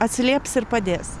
atsilieps ir padės